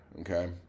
okay